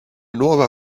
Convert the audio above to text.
nuova